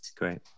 great